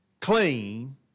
clean